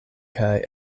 kaj